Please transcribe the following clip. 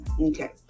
Okay